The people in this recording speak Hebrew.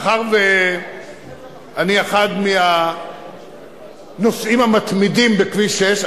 מאחר שאני אחד מהנוסעים המתמידים בכביש 6,